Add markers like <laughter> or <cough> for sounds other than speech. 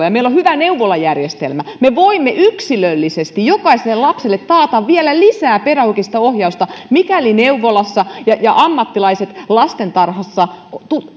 <unintelligible> ja meillä on hyvä neuvolajärjestelmä niin sillä perusteella me voimme yksilöllisesti jokaiselle lapselle taata vielä lisää pedagogista ohjausta mikäli neuvolassa tullaan ja ammattilaiset lastentarhassa